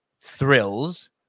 thrills